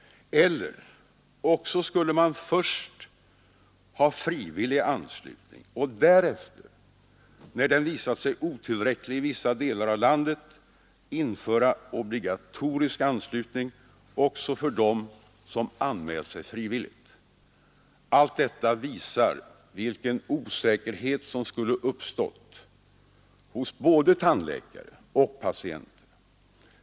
Eller också skulle man först ha frivillig anslutning och därefter — när den visat sig otillräcklig i vissa delar av landet — införa obligatorisk anslutning också för dem som anmält sig frivilligt. Allt detta visar vilken osäkerhet som skulle ha uppstått hos både tandläkare och patienter.